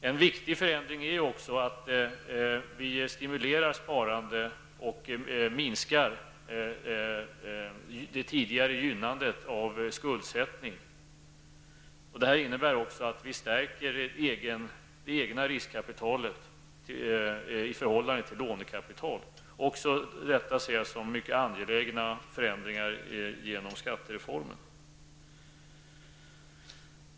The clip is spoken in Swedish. En viktig förändring är också att vi stimulerar sparandet och minskar det tidigare gynnandet av skuldsättningen. Det innebär att vi stärker det egna riskkapitalet i förhållandet till lånekapital. Också detta ser jag som angelägna förändringar med hjälp av skattereformen.